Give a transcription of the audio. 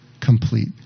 complete